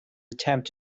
attempt